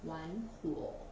玩火